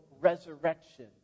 resurrection